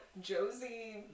Josie